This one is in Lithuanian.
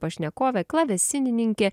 pašnekovė klavesinininkė